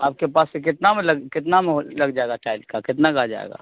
آپ کے پاس سے کتنا میں لگ کتنا میں لگ جائے گا چٹائلڈ کا کتنا کا آ جائے گا